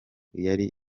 yari